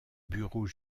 bureaux